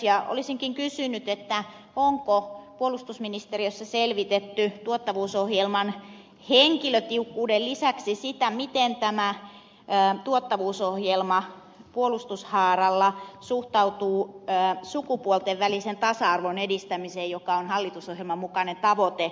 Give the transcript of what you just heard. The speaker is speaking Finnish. olisinkin kysynyt onko puolustusministeriössä selvitetty tuottavuusohjelman henkilötiukkuuden lisäksi sitä miten tämä tuottavuusohjelma puolustushaaralla suhtautuu sukupuolten välisen tasa arvon edistämiseen joka on hallitusohjelman mukainen tavoite